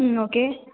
ம் ஓகே